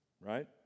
right